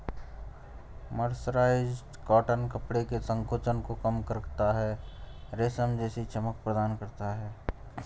mercerised cotton कपड़े के संकोचन को कम करता है, रेशम जैसी चमक प्रदान करता है